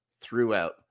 throughout